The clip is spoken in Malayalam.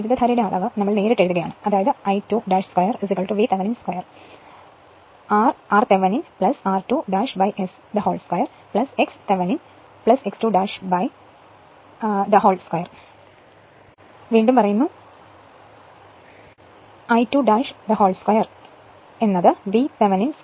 ഈ വൈദ്യുതധാരയുടെ അളവ് നമ്മൾ നേരിട്ട് എഴുതുകയാണ് I2 2 VThevenin 2 r r Thevenin r2 S 2 x Thevenin x 2 2 ഇപ്പോൾ ടോർക്ക് p PGω S